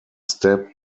step